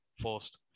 forced